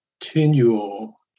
continual